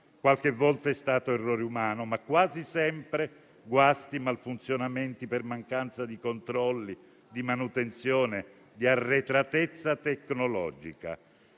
qualche volta si è trattato di errore umano, ma quasi sempre di guasti e malfunzionamenti per mancanza di controlli e di manutenzione e per arretratezza tecnologica.